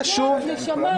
חשבתי שתביא היום.